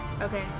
Okay